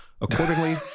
Accordingly